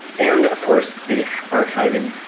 and of course, the archiving.